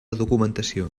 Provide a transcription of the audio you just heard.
documentació